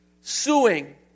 Suing